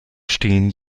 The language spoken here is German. stehen